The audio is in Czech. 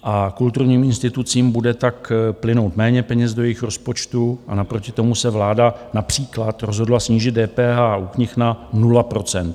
A kulturním institucím bude tak plynout méně peněz do jejich rozpočtu, a naproti tomu se vláda například rozhodla snížit DPH u knih na 0 %.